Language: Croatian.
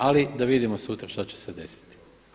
Ali da vidimo sutra što će se desiti.